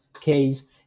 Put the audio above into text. case